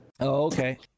okay